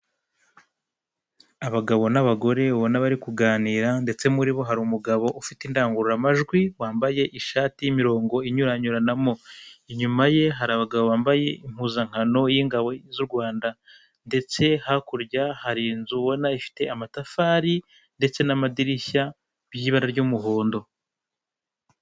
Abagabo n'abagore ubona bari kuganira ndetse muri bo hari umugabo ufite indangururamajwi wambaye ishati y'imirongo inyuranyuranamo, inyuma ye hari abagabo bambaye impuzankano y'ingabo z'u Rwanda ndetse hakurya hari inzu ubona ifite amatafari ndetse n'amadirishya by'ibara ry'umuhondo.